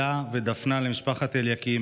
אלה ודפנה למשפחת אליקים,